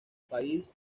país